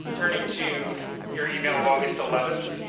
turning to your email of august eleven.